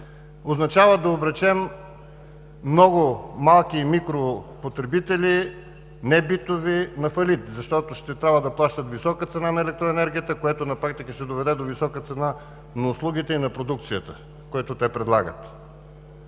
означава да обречем много малки и микропотребители, небитови, на фалит, защото ще трябва да плащат висока цена на електроенергията, което на практика ще доведе до висока цена на услугите и на продукцията, която те предлагат.